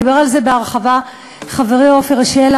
ודיבר על זה בהרחבה חברי עפר שלח,